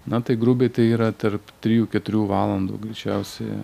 na tai grubiai tai yra tarp trijų keturių valandų greičiausiai